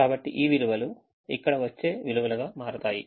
కాబట్టి ఈ విలువలు ఇక్కడ వచ్చే విలువలుగా మారతాయి